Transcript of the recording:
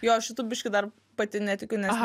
jo šitu biškį dar pati netikiu nes